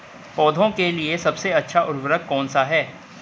पौधों के लिए सबसे अच्छा उर्वरक कौन सा है?